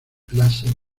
láser